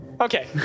Okay